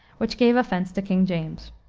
which gave offense to king james.